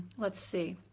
let's see,